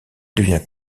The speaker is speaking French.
devient